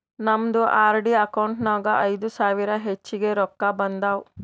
ನಮ್ದು R D account ನಾಗ್ ಐಯ್ದ ಸಾವಿರ ಹೆಚ್ಚಿಗೆ ರೊಕ್ಕಾ ಬಂದಾವ್